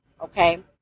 okay